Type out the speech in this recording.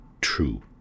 true